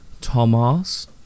Thomas